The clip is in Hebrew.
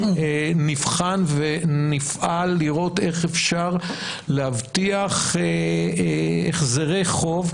נבחן ונפעל לראות איך אפשר להבטיח החזרי חוב,